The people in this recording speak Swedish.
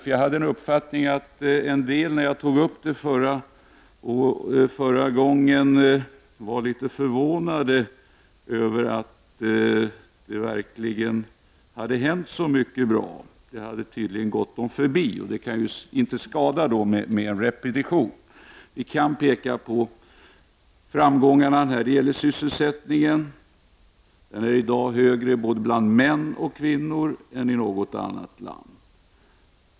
När jag tog upp denna fråga tidigare var några litet förvånade över att det verkligen hade hänt så mycket bra. Det hade tydligen gått dem förbi. Det har blivit framgångar i sysselsättningen. Den är högre både bland män och bland kvinnor än i något annat land.